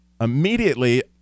Immediately